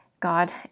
God